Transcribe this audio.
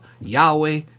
Yahweh